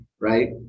right